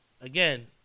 again